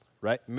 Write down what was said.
right